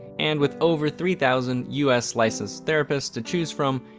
and with over three thousand u s. licensed therapists to choose from,